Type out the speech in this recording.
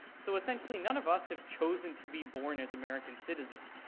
so essentially none of us have chosen to be born as american citizens,